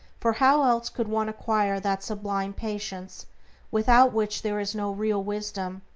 for how else could one acquire that sublime patience without which there is no real wisdom,